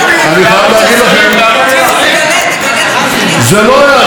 אני חייב להגיד לכם, זה לא היה ריקלין.